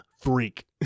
freak